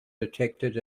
detected